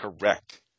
Correct